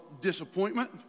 disappointment